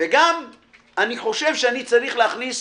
וגם אני חושב שאני צריך להכניס